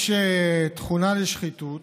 יש תכונה לשחיתות,